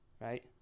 right